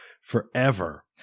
forever